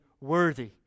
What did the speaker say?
worthy